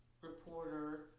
reporter